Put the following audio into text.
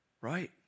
Right